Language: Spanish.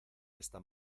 esta